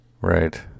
right